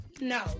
No